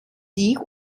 sich